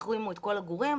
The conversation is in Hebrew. החרימו את כל הגורים.